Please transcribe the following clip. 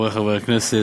חברי חברי הכנסת,